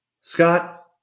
Scott